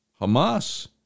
Hamas